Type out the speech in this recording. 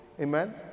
Amen